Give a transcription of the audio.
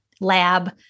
lab